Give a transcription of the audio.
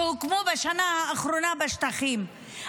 שהוקמו בשנה האחרונה בשטחים,